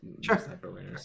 sure